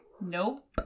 Nope